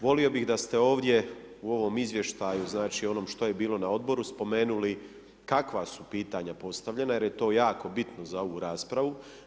Volio bi da ste ovdje u ovom izvještaju znači ono što je bilo na odboru, spomenuli kakva su pitanja postavljena, jer je to jako bitno za ovu raspravu.